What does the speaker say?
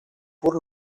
pur